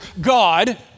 God